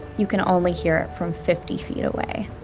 you can only hear it from fifty feet away